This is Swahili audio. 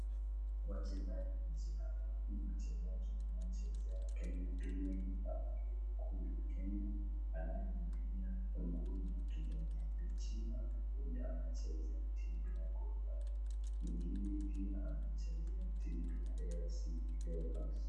Wachezajinhawa ni wachezaji wanaochezea kenya premier legue ama ligi kuu ya Kenya, anayevalia nguo ya kijani kibichi mwenye anachezea timu ya Gor mahia mwengine pia anachezea ile ya Afc leopards .